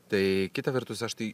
tai kita vertus aš tai